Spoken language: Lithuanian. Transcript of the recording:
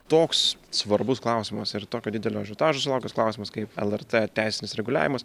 toks svarbus klausimas ir tokio didelio ažiotažo sulaukęs klausimas kaip lrt teisinis reguliavimas